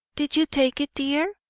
did you take it, dear?